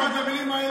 יש, במילים האלה?